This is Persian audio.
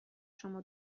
شما